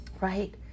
right